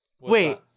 Wait